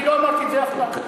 לא אמרתי את זה אף פעם.